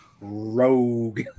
Rogue